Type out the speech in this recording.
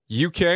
UK